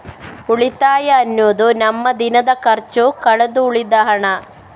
ಉಳಿತಾಯ ಅನ್ನುದು ನಮ್ಮ ದಿನದ ಖರ್ಚು ಕಳೆದು ಉಳಿದ ಹಣ